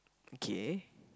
okay